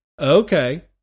Okay